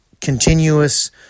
continuous